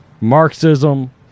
Marxism